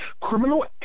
Criminal